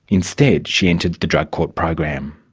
instead, she entered the drug court program.